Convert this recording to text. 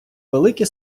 велике